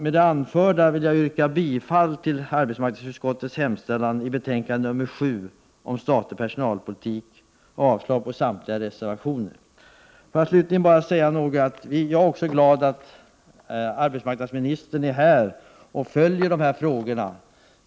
Med det anförda yrkar jag bifall till arbetsmarknadsutskottets hemställan i betänkande 7 om statlig personalpolitik och avslag på samtliga reservationer. Slutligen vill jag säga att jag också är glad att arbetsmarknadsministern är här och följer frågorna.